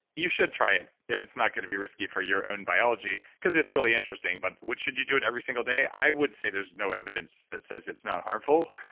you should try it if it's not gonna be risky for your own biology, cause it's really interesting. but should you do it every single day? i would say there's no evidence that says it's not harmful,